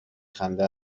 خنده